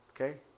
Okay